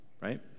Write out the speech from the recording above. Right